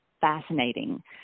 fascinating